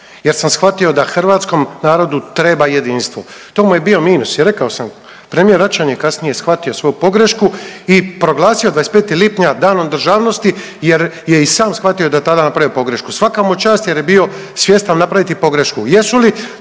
jer sam shvatio da hrvatskom narodu treba jedinstvo. To mu je bio minus i rekao sam. Premijer Račan je kasnije shvatio svoju pogrešku i proglasio 25. lipnja Danom državnosti, jer je i sam shvatio da je tada napravio pogrešku. Svaka mu čast jer je bio svjestan napraviti pogrešku.